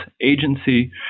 agency